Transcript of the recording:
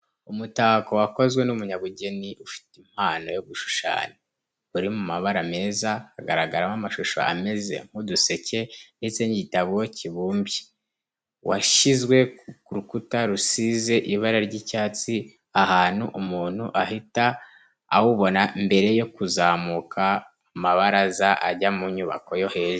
Umutako wakozwe n'umunyabugeni ufite impano yo gushushanya, uri mu mabara meza, hagaragaramo amashusho ameze nk'uduseke ndetse n'igitabo kibumbuye, washyizwe ku rukuta rusize ibara ry'icyatsi ahantu umuntu ahita awubona mbere yo kuzamuka amabaraza ajya mu nyubako yo hejuru.